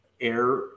air